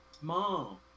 Mom